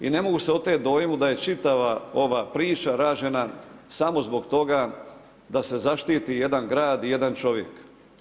I ne mogu se oteti dojmu da je čitava ova priča rađena samo zbog toga da se zaštiti jedan grad i jedan čovjek.